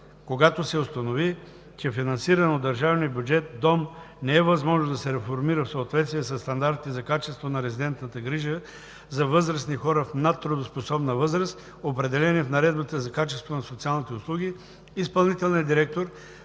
Когато се установи, че финансиран от държавния бюджет дом не е възможно да се реформира в съответствие със стандартите за качество на резидентната грижа за възрастни хора в надтрудоспособна възраст, определени в Наредбата за качеството на социалните услуги, изпълнителният директор